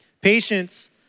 Patience